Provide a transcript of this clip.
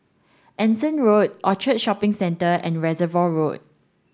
Anson Road Orchard Shopping Centre and Reservoir Road